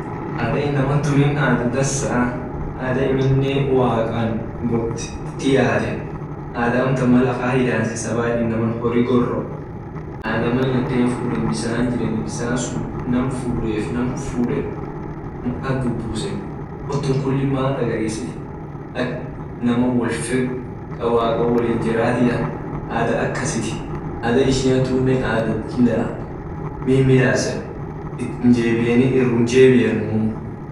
Ada inama tunni ada dansaa ada amine waqan wot diyaten ada amtan mal inama afan hidans kasaboo hori goro ada mal naden fuden bisan dugen bisan sun.